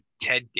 ted